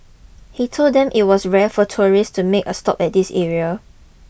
he told them it was rare for tourists to make a stop at this area